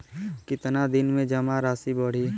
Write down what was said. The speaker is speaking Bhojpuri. कितना दिन में जमा राशि बढ़ी?